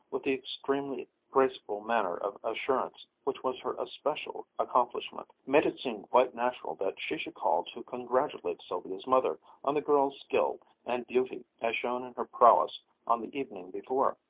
with the extremely graceful manner of assurance which was her especial accomplishment, made it seem quite natural that she should call to congratulate sylvia's mother on the girl's skill and beauty as shown in her prowess on the evening before.